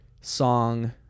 song